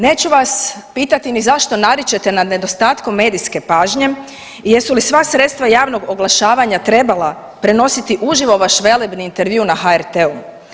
Neću pitati ni zašto naričete nad nedostatkom medijske pažnje i jesu li sva sredstva javnog oglašavanja trebala prenositi uživo vaš velebni intervju na HRT-u.